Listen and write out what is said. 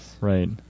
right